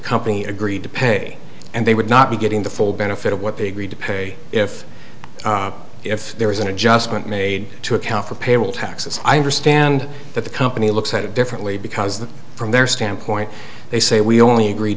company agreed to pay and they would not be getting the full benefit of what they agreed to pay if if there is an adjustment made to account for payroll taxes i understand that the company looks at it differently because that from their standpoint they say we only agreed